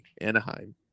Anaheim